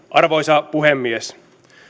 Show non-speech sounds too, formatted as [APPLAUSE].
[UNINTELLIGIBLE] arvoisa puhemies